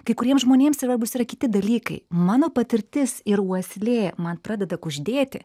kai kuriems žmonėms svarbūs yra kiti dalykai mano patirtis ir uoslė man pradeda kuždėti